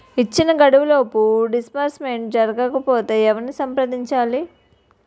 ఇచ్చిన గడువులోపు డిస్బర్స్మెంట్ జరగకపోతే ఎవరిని సంప్రదించాలి?